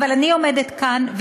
אבל אני עומדת כאן,